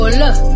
look